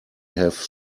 have